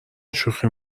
شوخی